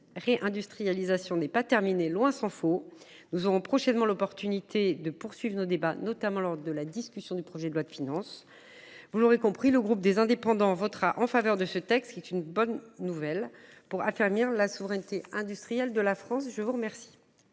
la réindustrialisation n’est pas terminé, tant s’en faut. Nous aurons prochainement l’occasion de poursuivre nos débats, notamment dans le cadre du projet de loi de finances. Vous l’aurez compris, le groupe Les Indépendants votera en faveur de ce texte, qui est une bonne nouvelle pour la souveraineté industrielle de la France. La parole